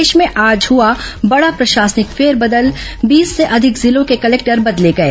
प्रदेश में आज हआ बडा प्रशासनिक फेरबदल बीस से अधिक जिलों के कलेक्टर बदले गए